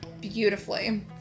beautifully